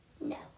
No